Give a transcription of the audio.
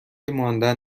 ماندن